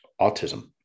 autism